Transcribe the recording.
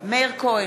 מאיר כהן,